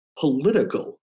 political